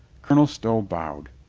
colonel stow bowed.